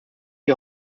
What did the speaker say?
die